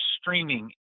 streaming